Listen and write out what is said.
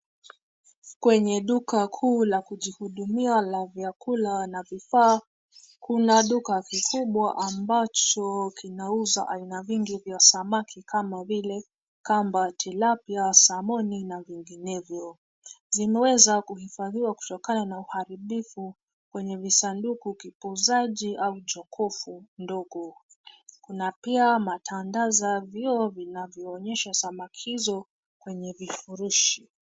Kwenye duka kuu la kujihudumia la vyakula na vifaa, kuna duka kikubwa ambacho kinauzwa aina nyingi za samaki kama vile kamba, tilapia, salmoni na vinginevyo. Zinaweza kuhifadhiwa kutokana na uharibifu kwenye visanduku kipuzaji au jokovu ndogo. Kuna pia matandaza vioo vinavoonyesha samaki hizo kwenye vifurushi.